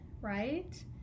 right